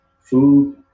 food